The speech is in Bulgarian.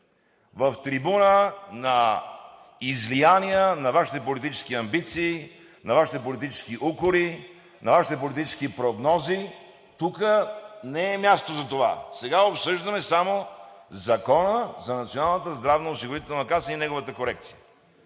в трибуна на излияния на Вашите политически амбиции, на Вашите политически укори, на Вашите политически прогнози. Тук не е място за това. Сега обсъждаме само Закона за Националната здравноосигурителна каса и неговата корекция.